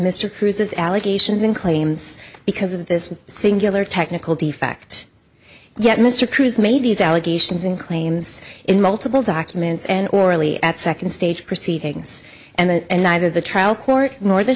mr cruise's allegations in claims because of this singular technical defect yet mr cruz made these allegations in claims in multiple documents and orally at second stage proceedings and neither the trial court nor the